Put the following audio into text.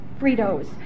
Fritos